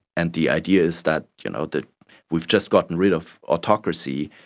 and the idea is that you know that we've just gotten rid of autocracy,